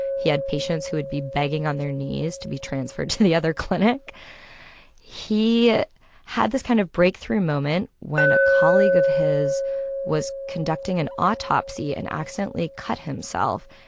he had patients who would be begging on their knees to be transferred to the other clinic he had this kind of breakthrough moment when a colleague of his was conducting an autopsy and accidentally cut himself.